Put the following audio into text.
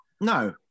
No